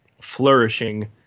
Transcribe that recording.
flourishing